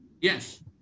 yes